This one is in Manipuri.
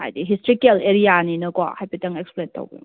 ꯍꯥꯏꯗꯤ ꯍꯤꯁꯇ꯭ꯔꯤꯀꯦꯜ ꯑꯦꯔꯤꯌꯥꯅꯤꯅꯀꯣ ꯍꯥꯏꯐꯦꯠꯇꯪ ꯑꯦꯛꯁꯄ꯭ꯂꯦꯟ ꯇꯧꯕꯤꯌꯨ